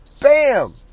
Bam